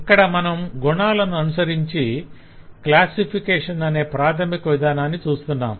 ఇక్కడ మనం గుణాలను అనుసరించి క్లాస్సిఫికేషణ్ అనే ప్రాధమిక విధానాన్ని చూస్తున్నాం